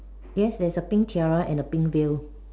yes there is a pink tiara and a pink veil